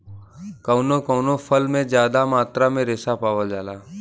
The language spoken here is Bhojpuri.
कउनो कउनो फल में जादा मात्रा में रेसा पावल जाला